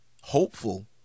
hopeful